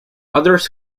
others